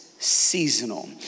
Seasonal